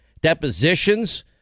depositions